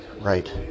right